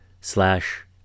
slash